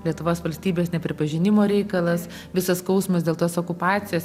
lietuvos valstybės nepripažinimo reikalas visas skausmas dėl tos okupacijos